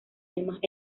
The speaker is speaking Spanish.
demás